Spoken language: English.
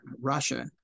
Russia